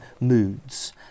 moods